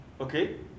Okay